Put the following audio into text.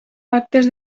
pactes